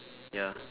ya